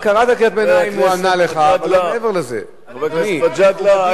אבל זה ברור לך שאתה מפריע לדובר.